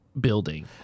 building